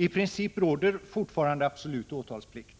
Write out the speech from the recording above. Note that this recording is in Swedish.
I princip råder fortfarande absolut åtalsplikt,